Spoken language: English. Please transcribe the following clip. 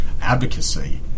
advocacy